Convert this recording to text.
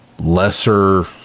lesser